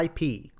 IP